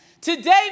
Today